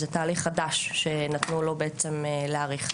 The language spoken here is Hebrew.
זה תהליך חדש שנתנו לו בעצם להאריך.